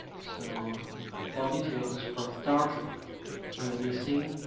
so more detail so from the dark will be seen.